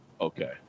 Okay